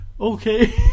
Okay